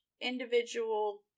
individual